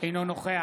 אינו נוכח